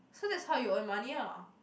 so that's how you earn money ah